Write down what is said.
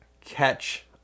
catch